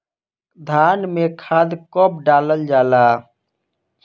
धान में खाद कब डालल जाला?